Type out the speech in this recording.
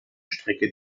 strecke